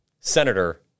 Senator